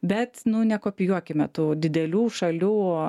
bet nu nekopijuokime tų didelių šalių